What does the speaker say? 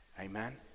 Amen